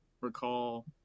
recall